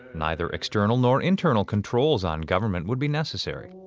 neither external nor internal controls on government would be necessary.